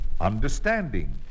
understanding